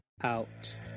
out